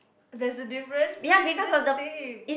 there's a difference to me it's the same